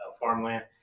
farmland